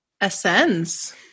Ascends